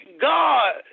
God